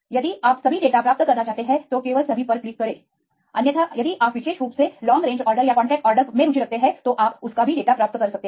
यदि आप सभी डेटाdata प्राप्त करना चाहते हैं तो केवल सभी पर क्लिक करें अन्यथा यदि आप विशेष रूप से लॉन्ग रेंज ऑर्डर या कांटेक्ट ऑर्डर पर रुचि रखते हैं तो आप डेटा प्राप्त कर सकते हैं